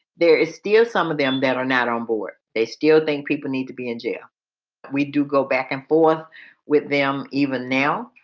there is still some of them that are not on board. they still think people need to be in jail we do go back and forth with them. even now,